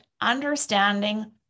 understanding